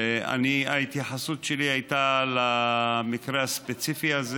ההתייחסות שלי הייתה למקרה הספציפי הזה.